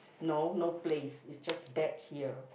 no no place is just bet here